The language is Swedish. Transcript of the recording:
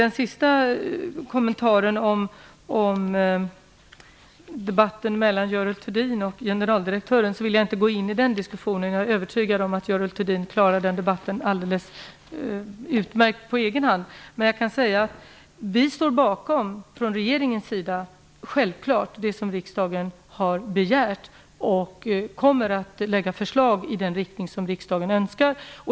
Den sista kommentaren gällde debatten mellan Görel Thurdin och generaldirektören. Den diskussionen vill jag inte gå in i. Jag är övertygad om att Görel Thurdin klarar den debatten alldeles utmärkt på egen hand. Men jag kan säga att regeringen självklart står bakom det som riksdagen har begärt och kommer att lägga fram förslag i den riktning som riksdagen önskar.